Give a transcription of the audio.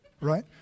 right